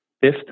fifth